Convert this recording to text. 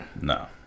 No